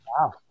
Wow